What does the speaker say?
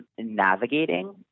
navigating